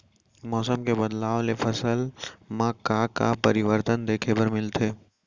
मौसम के बदलाव ले फसल मा का का परिवर्तन देखे बर मिलथे?